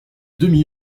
demi